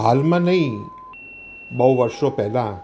હાલમાં નહીં બહુ વર્ષો પહેલાં